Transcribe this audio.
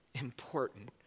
important